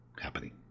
happening